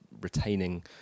retaining